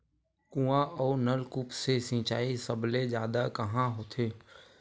कुआं अउ नलकूप से सिंचाई सबले जादा कहां होथे?